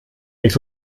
nicht